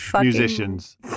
musicians